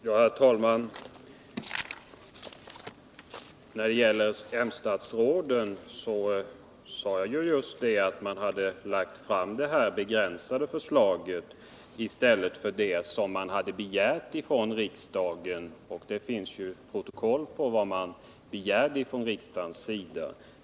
Herr talman! När det gäller moderatstatsråden sade jag just att de hade lagt fram det begränsade förslaget i stället för det riksdagen hade begärt — och det finns protokoll på vad riksdagen begärde.